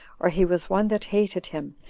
or he was one that hated him,